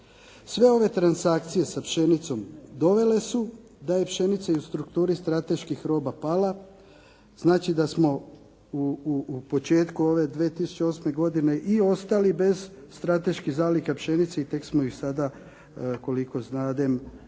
Sve ove transakcije sa pšenicom dovele su da je pšenica i u strukturi strateških roba pala, znači da smo u početku ove 2008. godine i ostali bez strateških zaliha pšenice i tek smo ih sada, koliko znadem,